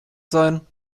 sein